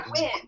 win